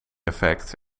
effect